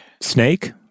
Snake